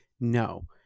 No